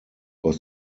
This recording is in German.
aus